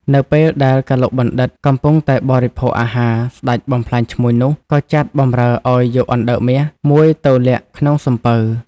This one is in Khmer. នៅ ពេលដែលកឡុកបណ្ឌិតកំពុងតែបរិភោគអាហារ ស្ដេចបំផ្លាញឈ្មួញនោះ ក៏ចាត់បម្រើឲ្យយកអណ្ដើកមាស មួយទៅលាក់ក្នុងសំពៅ ។